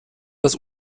das